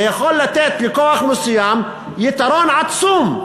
זה יכול לתת לכוח מסוים יתרון עצום,